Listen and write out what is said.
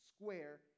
square